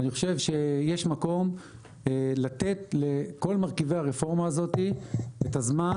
אני חושב שיש מקום לתת לכל מרכיבי הרפורמה הזאת את הזמן